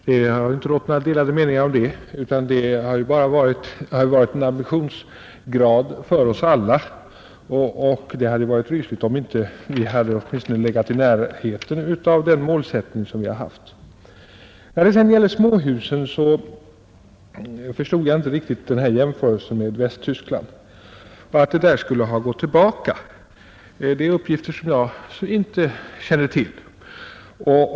Det har inte rått några delade meningar om det, utan det har varit en ambition för oss alla, och det hade varit betänkligt om produktionen inte legat åtminstone i närheten av den målsättning vi har haft. Att småhusbyggandet skulle ha gått tillbaka i Västtyskland är en uppgift som jag inte känner till.